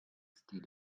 still